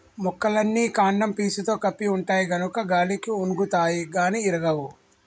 మొక్కలన్నీ కాండం పీసుతో కప్పి ఉంటాయి గనుక గాలికి ఒన్గుతాయి గాని ఇరగవు